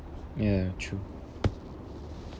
ya true